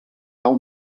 cau